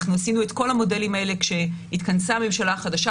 עשינו את כל המודלים האלה כשהתכנסה הממשלה החדשה